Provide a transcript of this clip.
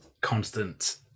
constant